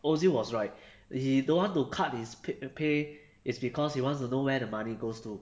ozil was right he don't want to cut his p~ pay is because he wants to know where the money goes to